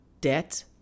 debt